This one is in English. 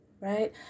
right